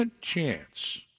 chance